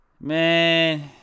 Man